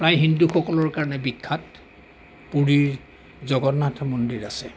প্ৰায় হিন্দুসকলৰ বাবে বিখ্যাত পুৰীৰ জগন্নাথ মন্দিৰ আছে